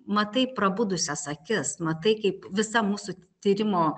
matai prabudusias akis matai kaip visa mūsų tyrimo